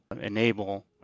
enable